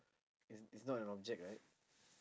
it's it's not an object right